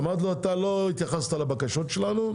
אמרתי לו: לא התייחסת לבקשות שלנו,